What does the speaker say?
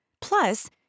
Plus